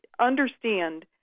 understand